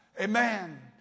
Amen